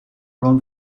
around